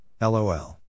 LOL